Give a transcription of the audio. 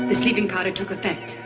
sleeping powder took effect.